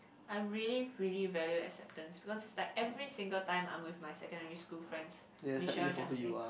I really really value acceptance because like every single time I'm with my secondary school friends Michelle just say